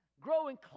Growing